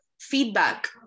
feedback